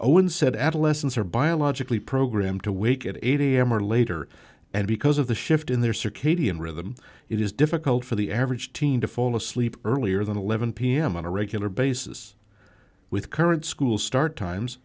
owen said adolescents are biologically programmed to wake at eight am or later and because of the shift in their circadian rhythm it is difficult for the average teen to fall asleep earlier than eleven pm on a regular basis with current school start times